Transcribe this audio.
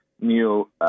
new